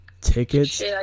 Tickets